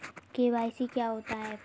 KYC क्या होता है?